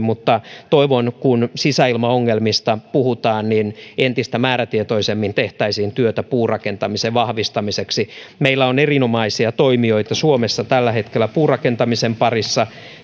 mutta toivon että kun sisäilmaongelmista puhutaan niin entistä määrätietoisemmin tehtäisiin työtä puurakentamisen vahvistamiseksi meillä on erinomaisia toimijoita suomessa tällä hetkellä puurakentamisen parissa